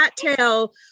cattail